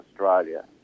Australia